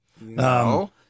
No